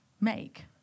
make